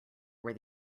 where